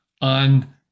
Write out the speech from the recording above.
on